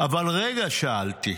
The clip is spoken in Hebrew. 'אבל רגע', שאלתי,